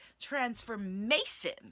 transformation